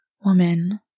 woman